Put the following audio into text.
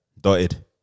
Dotted